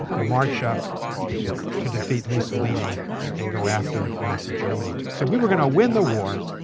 the march up to defeat mussolini and go after nazi germany. so we were going to win the war.